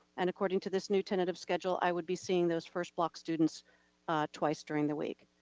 and according to this new tentative schedule, i would be seeing those first block students twice during the week.